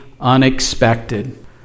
unexpected